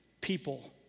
people